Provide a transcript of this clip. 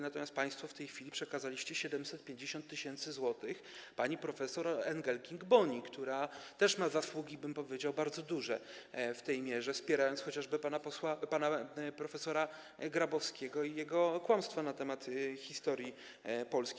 Natomiast państwo w tej chwili przekazaliście 750 tys. zł pani prof. Engelking-Boni, która też ma zasługi, powiedziałbym, bardzo duże w tej mierze, wspierając chociażby pana prof. Grabowskiego i jego kłamstwo na temat historii Polski.